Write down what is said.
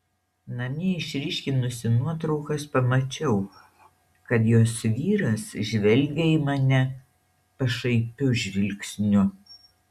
namie išryškinusi nuotraukas pamačiau kad jos vyras žvelgia į mane pašaipiu žvilgsniu